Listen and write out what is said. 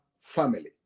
family